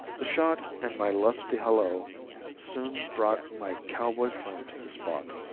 the shot and my lusty halloo soon brought my cowboy friend to the spot.